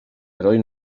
heroi